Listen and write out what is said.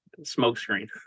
smokescreen